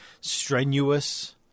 strenuous